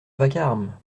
vacarme